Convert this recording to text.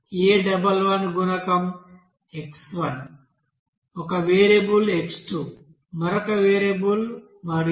a11 గుణకం x1 ఒక variable x2 మరొక వేరియబుల్ మరియు